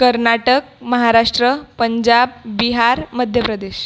Karnataka Maharashtra Punjab Bihar Madhya Pradesh